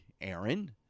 Aaron